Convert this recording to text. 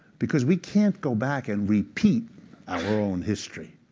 because we can't go back and repeat our own history.